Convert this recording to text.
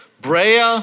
Brea